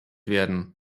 werden